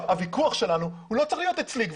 הוויכוח שלנו לא צריך להיות אצלי.